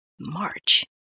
March